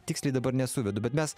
tiksliai dabar nesuvedu bet mes